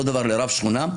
אותו דבר לגבי רב שכונה,